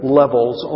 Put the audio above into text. levels